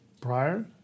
prior